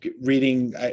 reading